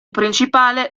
principale